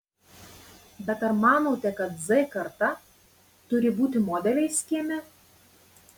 bet ar manote kad z karta turi būti modeliais kieme